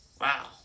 Wow